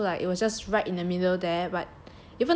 地方 lah so like it was just right in the middle there but